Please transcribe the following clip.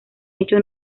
hecho